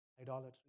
idolatry